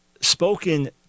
spoken